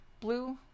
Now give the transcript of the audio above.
blue